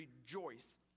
rejoice